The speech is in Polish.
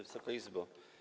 Wysoka Izbo!